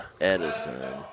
Edison